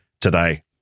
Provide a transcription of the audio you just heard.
Today